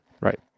Right